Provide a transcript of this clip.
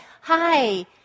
hi